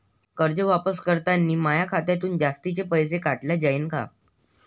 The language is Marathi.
कर्ज वापस करतांनी माया खात्यातून जास्तीचे पैसे काटल्या जाईन का?